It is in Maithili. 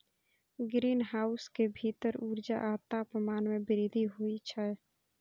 ग्रीनहाउस के भीतर ऊर्जा आ तापमान मे वृद्धि होइ छै